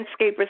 landscapers